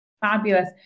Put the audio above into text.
Fabulous